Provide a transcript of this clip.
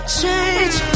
change